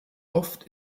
oft